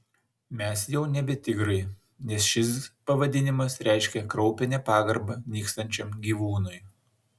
mes jau nebe tigrai nes šis pavadinimas reiškia kraupią nepagarbą nykstančiam gyvūnui